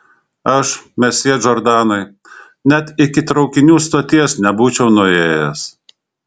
aš mesjė džordanai net iki traukinių stoties nebūčiau nuėjęs